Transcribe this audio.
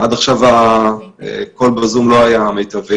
עד עכשיו הקול "זום" לא היה מיטבי.